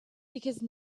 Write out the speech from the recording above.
because